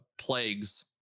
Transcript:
plagues